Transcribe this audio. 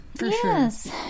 Yes